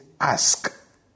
ask